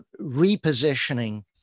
repositioning